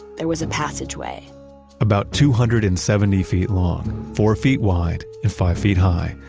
there was a passageway about two hundred and seventy feet long, four feet wide, and five feet high,